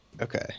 okay